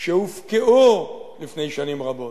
שהופקעו לפני שנים רבות.